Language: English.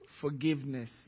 forgiveness